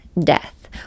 death